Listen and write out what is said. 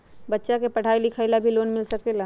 बच्चा के पढ़ाई लिखाई ला भी लोन मिल सकेला?